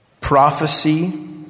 prophecy